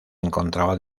encontraban